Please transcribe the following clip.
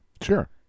sure